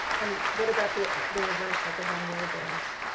and what about the the reverse like a von willebrand's?